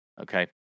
Okay